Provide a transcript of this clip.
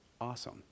awesome